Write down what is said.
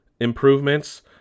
improvements